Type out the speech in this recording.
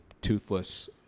toothless